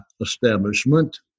establishment